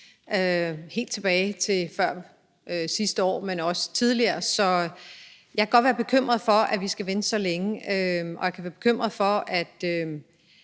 helt tilbage fra før sidste år, men også tidligere. Så jeg kan godt være bekymret for, at vi skal vente så længe, og jeg kan være bekymret for, at